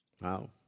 wow